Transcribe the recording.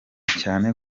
cyane